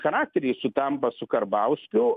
charakteriai sutampa su karbauskiu